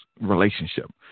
relationship